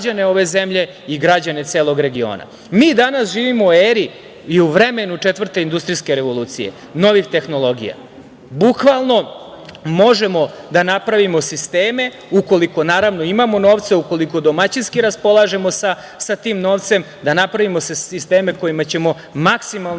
ove zemlje i građane celog regiona. Mi danas živimo u eri i u vremenu četvrte industrijske revolucije, novih tehnologija. Bukvalno možemo da napravimo sisteme ukoliko naravno imamo novca, ukoliko domaćinski raspolažemo sa tim novcem, da napravimo sisteme kojima ćemo maksimalno